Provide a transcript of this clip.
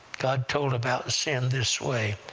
god told about sin this way.